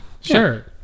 sure